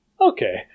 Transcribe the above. okay